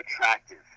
attractive